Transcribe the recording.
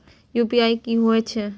UPI की होय छै?